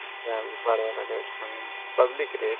इसका बुखार वाला रेट समझ लें पब्लिक रेट